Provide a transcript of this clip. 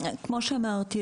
כמו שאמרתי,